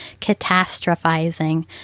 catastrophizing